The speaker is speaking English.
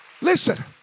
listen